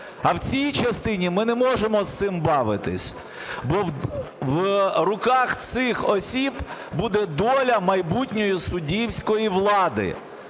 А в цій частині ми не можемо з цим бавитись, бо в руках цих осіб буде доля майбутньої суддівської влади.